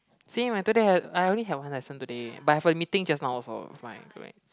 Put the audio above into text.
same I today had I only had one lesson today but I've a meeting just now also with my group mates